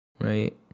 Right